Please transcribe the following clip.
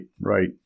right